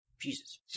Jesus